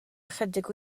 ychydig